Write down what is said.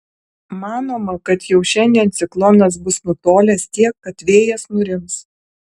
manoma kad jau šiandien ciklonas bus nutolęs tiek kad vėjas nurims